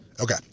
Okay